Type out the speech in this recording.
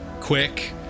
quick